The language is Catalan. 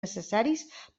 necessaris